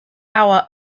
our